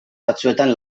batzuetan